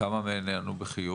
וכמה מהן נענו בחיוב?